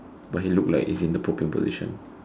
but he look like he's in the pooping position